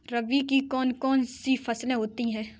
रबी की कौन कौन सी फसलें होती हैं?